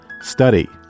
study